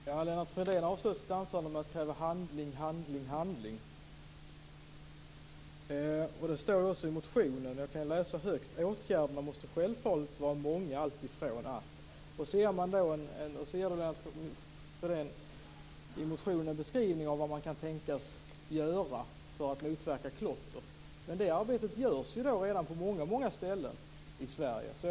Fru talman! Lennart Fridén avslutade sitt anförande med att kräva handling, handling, handling. Det står också i motionen att åtgärderna självfallet måste vara många. Lennart Fridén ger i motionen en beskrivning av vad man kan tänkas göra för att motverka klotter. Men det arbetet görs redan i dag på många ställen i Sverige.